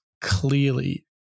clearly